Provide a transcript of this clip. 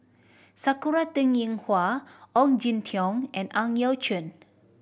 Sakura Teng Ying Hua Ong Jin Teong and Ang Yau Choon